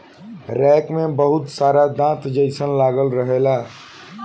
rake में बहुत सारा दांत जइसन लागल रहेला